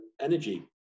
energy